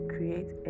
Create